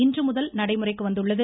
இன்றுமுதல் நடைமுறைக்கு வந்துள்ளது